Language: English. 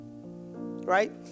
right